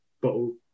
bottle